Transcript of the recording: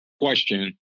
question